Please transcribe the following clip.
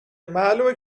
معلومه